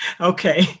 Okay